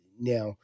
Now